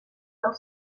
del